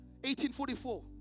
1844